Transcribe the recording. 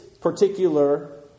particular